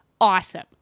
awesome